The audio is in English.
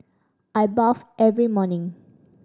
I bathe every morning